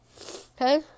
Okay